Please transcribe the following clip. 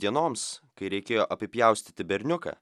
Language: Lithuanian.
dienoms kai reikėjo apipjaustyti berniuką